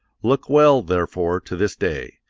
look well, therefore, to this day.